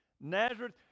Nazareth